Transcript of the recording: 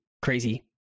Crazy